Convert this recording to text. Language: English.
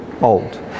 old